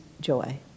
joy